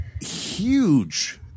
huge